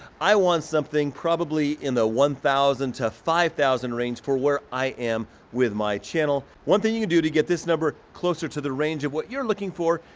i want something probably in the one thousand to five thousand range for where i am with my channel. one thing you can do to get this number closer to the range of what you're looking for,